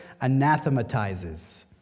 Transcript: anathematizes